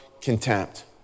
contempt